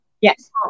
Yes